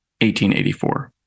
1884